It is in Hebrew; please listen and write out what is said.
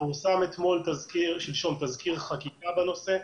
פורסם שלשום תזכיר חקיקה בנושא,